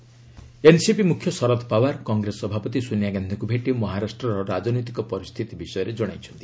power Sonia meet NCP ମୁଖ୍ୟ ଶରଦ୍ ପାୱାର କଂଗ୍ରେସ ସଭାପତି ସୋନିଆ ଗାନ୍ଧିଙ୍କୁ ଭେଟି ମହାରାଷ୍ଟ୍ରର ରାଜନୈତିକ ପରିସ୍ଥିତି ବିଷୟରେ ଜଣାଇଛନ୍ତି